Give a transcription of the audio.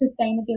sustainability